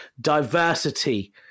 diversity